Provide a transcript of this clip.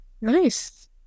Nice